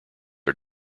are